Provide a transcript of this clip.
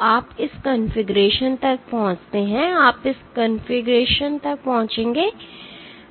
तो आप इस कॉन्फ़िगरेशन तक पहुँचते हैं आप इस कॉन्फ़िगरेशन तक पहुँचते हैं